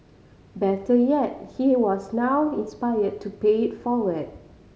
better yet he was now inspired to pay it forward